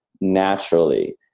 naturally